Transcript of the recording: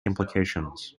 implications